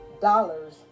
dollars